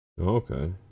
Okay